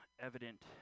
evident